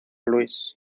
luis